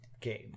game